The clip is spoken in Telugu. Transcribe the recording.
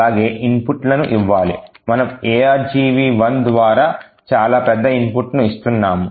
అలాగే inputలను ఇవ్వాలి మనము argv1 ద్వారా చాలా పెద్ద inputను ఇస్తున్నాము